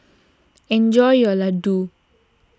enjoy your Ladoo